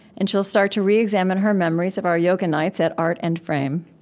and she'll start to reexamine her memories of our yoga nights at art and frame.